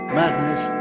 madness